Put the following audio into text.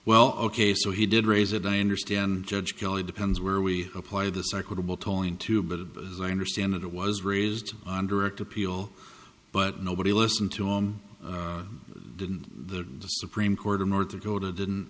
well ok so he did raise it i understand judge kelly depends where we apply this equitable tolling to but as i understand it it was raised on direct appeal but nobody listened to him didn't the supreme court of north dakota didn't